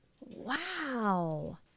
Wow